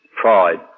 Pride